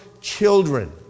children